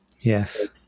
Yes